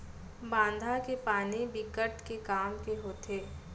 बांधा के पानी बिकट के काम के होथे